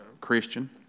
Christian